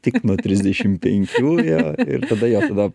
tik nuo trisdešim penkių jo ir tada jo tada